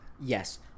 yes